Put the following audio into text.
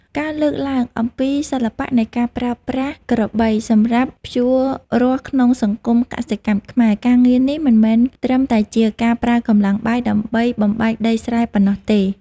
ការលើកឡើងអំពីសិល្បៈនៃការប្រើប្រាស់ក្របីសម្រាប់ភ្ជួររាស់ក្នុងសង្គមកសិកម្មខ្មែរ ការងារនេះមិនមែនត្រឹមតែជាការប្រើកម្លាំងបាយដើម្បីបំបែកដីស្រែប៉ុណ្ណោះទេ។